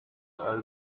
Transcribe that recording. are